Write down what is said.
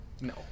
No